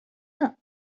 come